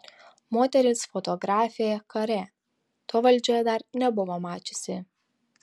moteris fotografė kare to valdžia dar nebuvo mačiusi